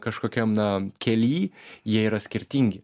kažkokiam na kely jie yra skirtingi